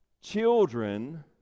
children